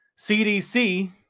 CDC